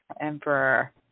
Emperor